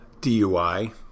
DUI